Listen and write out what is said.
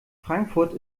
frankfurt